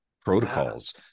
protocols